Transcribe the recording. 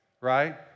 right